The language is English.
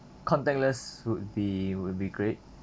contactless would be would be great